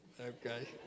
Okay